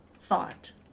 thought